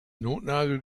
notnagel